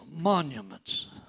monuments